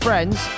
Friends